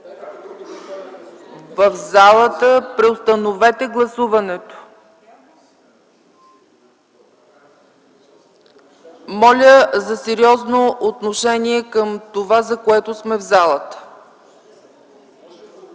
Преустановете гласуването! Моля за сериозно отношение към това, за което сме в залата.